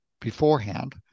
beforehand